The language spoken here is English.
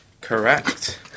Correct